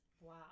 Wow